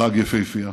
פראג יפהפייה,